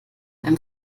beim